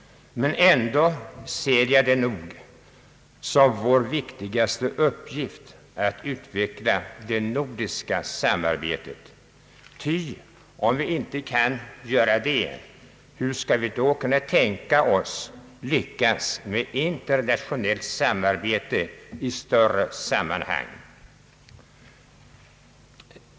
Ändå ser jag det nog som vår viktigaste uppgift att utveckla det nordiska samarbetet. Om vi inte kan göra det, hur skall vi då kunna tänka oss att lyckas med internationellt samarbete i större sammanhang?